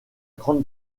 grande